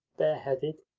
bareheaded,